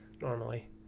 normally